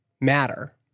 matter